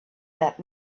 that